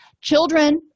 Children